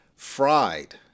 Fried